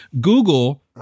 Google